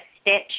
stitch